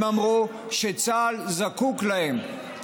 הם אמרו שצה"ל זקוק להם,